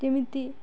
କେମିତି